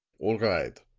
all ride.